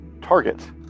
target